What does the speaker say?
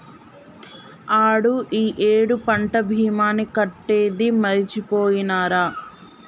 ఆడు ఈ ఏడు పంట భీమాని కట్టేది మరిచిపోయినారా